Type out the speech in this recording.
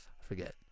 forget